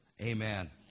Amen